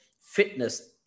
fitness